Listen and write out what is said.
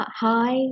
hi